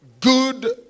Good